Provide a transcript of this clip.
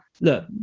Look